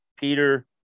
Peter